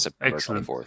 Excellent